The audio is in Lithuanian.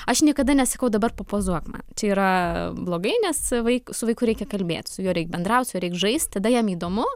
aš niekada nesakau dabar papozuok man čia yra blogai nes vaik su vaiku reikia kalbėt su juo reik bendraut su juo reik žaist tada jam įdomu